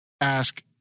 ask